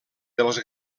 dels